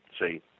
See